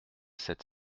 sept